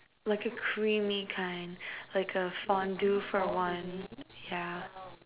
like a creamy kind like a fondue for one yeah